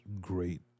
great